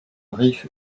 rif